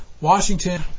Washington